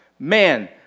Man